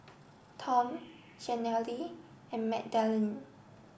Tom Shanelle and Magdalen